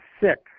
six